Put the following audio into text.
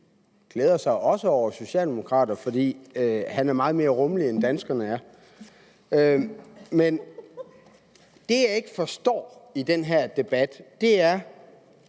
glæder sig over socialdemokrater, for han er meget mere rummelig, end danskerne er. Men det, jeg ikke forstår i den her debat, er,